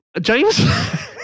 James